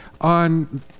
on